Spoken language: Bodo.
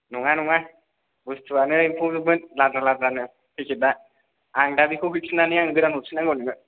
नङा नङा बुस्तुआनो एमफौजोबमोन लाद्रा लाद्रानो पेकेटआ आं दा हैफिन्नानै गोदान हरफिन नांगौ नोङो